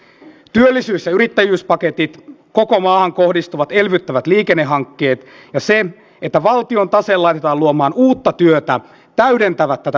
työllisyys ja yrittäjyyspaketit koko maahan kohdistuvat elvyttävät liikennehankkeet ja se että valtion tase laitetaan luomaan uutta työtä täydentävät tätä yhteiskuntasopimusta